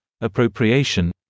appropriation